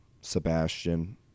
sebastian